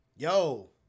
Yo